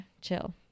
chill